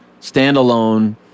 standalone